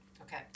Okay